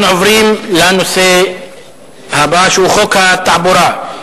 אנחנו עוברים לנושא הבא, שהוא חוק התעבורה.